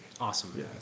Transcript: Awesome